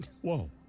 Whoa